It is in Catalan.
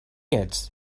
ets